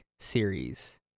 series